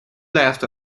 left